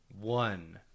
one